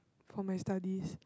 for my studies